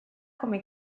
come